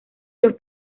los